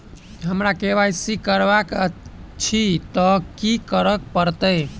हमरा केँ Y C करेवाक अछि तऽ की करऽ पड़तै?